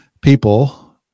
people